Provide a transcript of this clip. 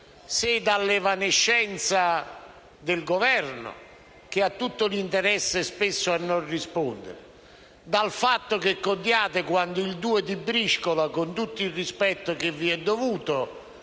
se dall'evanescenza del Governo, che spesso ha tutto l'interesse a non rispondere, dal fatto che contate quanto il due di briscola - con tutto il rispetto che vi è dovuto